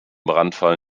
brandfall